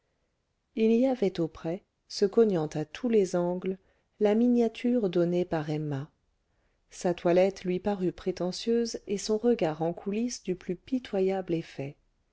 il y avait auprès se cognant à tous les angles la miniature donnée par emma sa toilette lui parut prétentieuse et son regard en coulisse du plus pitoyable effet